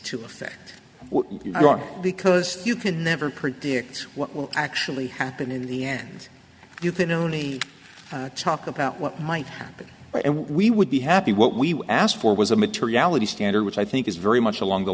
perfect because you can never predict what will actually happen in the end you can only talk about what might happen and we would be happy what we asked for was a materiality standard which i think is very much along the